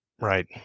right